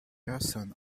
person